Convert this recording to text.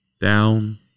down